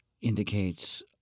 indicates